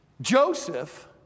Joseph